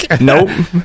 Nope